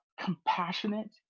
compassionate